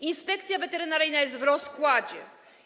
Inspekcja Weterynaryjna jest w rozkładzie.